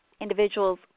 individuals